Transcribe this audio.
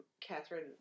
Catherine